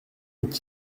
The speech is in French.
est